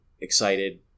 excited